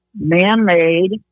man-made